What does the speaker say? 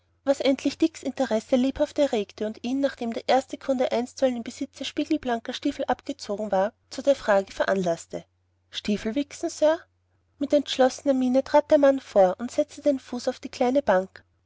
was endlich dicks interesse lebhaft erregte und ihn nachdem der erste kunde einstweilen im besitze spiegelblanker stiefel abgezogen war zu der frage veranlaßte stiefel wichsen sir mit entschlossener miene trat der mann vor und setzte den fuß auf die kleine bank